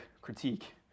critique